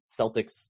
Celtics